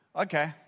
okay